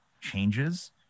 changes